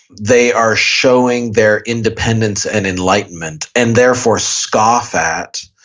they are showing their independence and enlightenment and therefore scoff at.